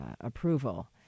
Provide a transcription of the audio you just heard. approval